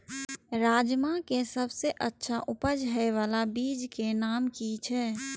राजमा के सबसे अच्छा उपज हे वाला बीज के नाम की छे?